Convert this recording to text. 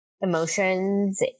emotions